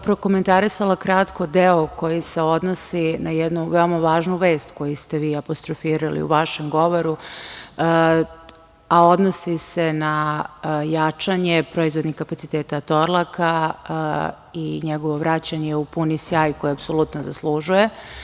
Prokomentarisala bih kratko deo koji se odnosni na jednu važnu vest koju ste vi apostrofirali u vašem govoru, a odnosi se na jačanje proizvodnih kapaciteta „Torlaka“ i njegovo vraćanje u puni sjaj koji apsolutno zaslužuje.